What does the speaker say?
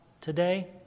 today